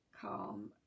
calm